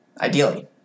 Ideally